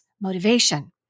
motivation